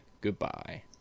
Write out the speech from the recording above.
goodbye